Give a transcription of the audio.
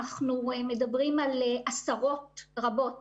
אנחנו מדברים על עשרות רבות